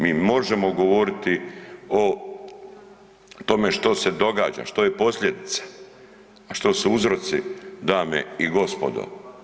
Mi možemo govoriti o tome što se događa, što je posljedica, a što su uzroci dame i gospodo.